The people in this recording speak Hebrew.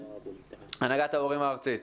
הנהגת ההורים הארצית.